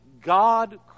God